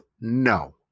No